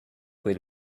will